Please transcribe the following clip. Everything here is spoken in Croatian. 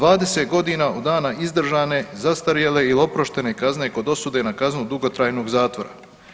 20 godina od dana izdržane, zastarjele ili oproštene kazne kod osude na kaznu dugotrajnog zakona.